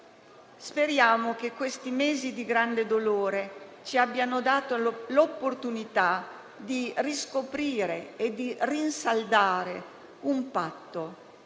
Speriamo che questi mesi di grande dolore ci abbiano dato l'opportunità di riscoprire e di rinsaldare un patto;